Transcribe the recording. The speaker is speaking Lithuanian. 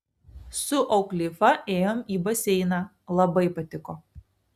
su auklifa ėjom į baseiną labai patiko